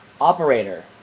Operator